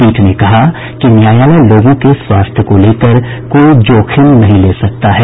पीठ ने कहा कि न्यायालय लोगों के स्वास्थ्य को लेकर कोई जोखिम नहीं ले सकता है